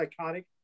iconic